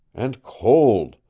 and cold.